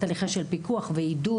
תהליכי פיקוח ועידוד.